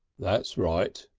that's right!